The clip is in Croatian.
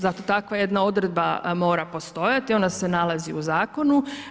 Zato takva jedna odredba mora postojati, ona se nalazi u Zakonu.